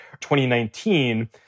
2019